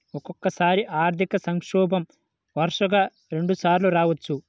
ఒక్కోసారి ఆర్థిక సంక్షోభం వరుసగా రెండుసార్లు రావచ్చు